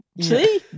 see